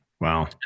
wow